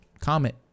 comment